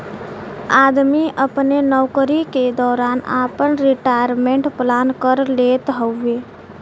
आदमी अपने नउकरी के दौरान आपन रिटायरमेंट प्लान कर लेत हउवे